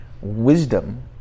Wisdom